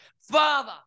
father